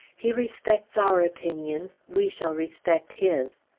he respects our opinions, we shall respect his.